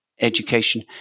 education